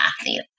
athlete